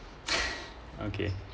okay